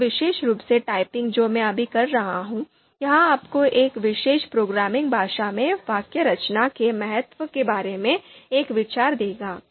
यह विशेष रूप से टाइपिंग जो मैं अभी कर रहा हूं यह आपको एक विशेष प्रोग्रामिंग भाषा में वाक्य रचना के महत्व के बारे में एक विचार देगा